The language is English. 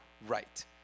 right